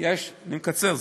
אני אקצר.